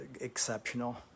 exceptional